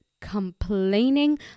complaining